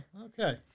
Okay